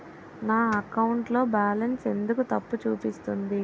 నా అకౌంట్ లో బాలన్స్ ఎందుకు తప్పు చూపిస్తుంది?